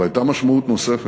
אבל הייתה משמעות נוספת: